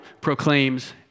proclaims